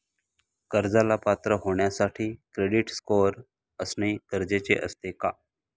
कर्जाला पात्र होण्यासाठी क्रेडिट स्कोअर असणे गरजेचे असते का?